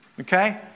Okay